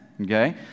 okay